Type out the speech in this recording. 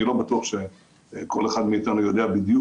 אני לא בטוח שכול אחד מאתנו יודע בדיוק